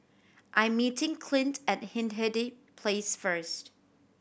I meeting Clint at Hindhede Place first